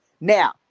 Now